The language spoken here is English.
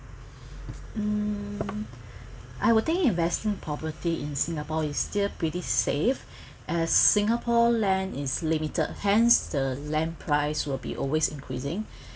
hmm I would think investing property in singapore is still pretty safe as singapore land is limited hence the land price will be always increasing